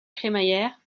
crémaillère